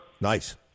Nice